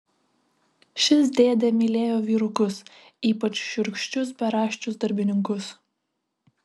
šis dėdė mylėjo vyrukus ypač šiurkščius beraščius darbininkus